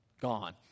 gone